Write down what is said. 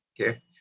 okay